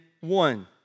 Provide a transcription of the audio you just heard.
one